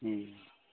हुँ